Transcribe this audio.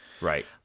right